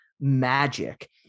magic